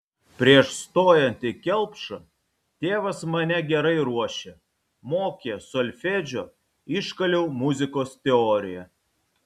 prieš stojant į kelpšą tėvas mane gerai ruošė mokė solfedžio iškaliau muzikos teoriją